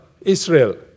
Israel